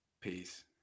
Peace